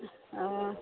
ओ